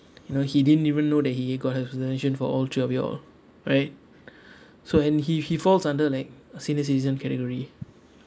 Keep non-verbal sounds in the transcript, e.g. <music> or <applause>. you know he didn't even know that he got hospitalisation for all three of you all right <breath> so and he he falls under like senior citizens category